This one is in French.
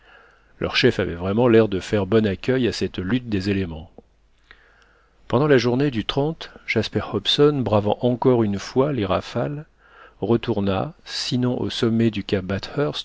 leur chef avait vraiment l'air de faire bon accueil à cette lutte des éléments pendant la journée du jasper hobson bravant encore une fois les rafales retourna sinon au sommet du